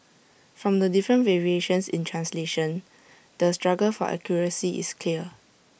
from the different variations in translation the struggle for accuracy is clear